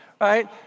right